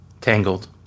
Tangled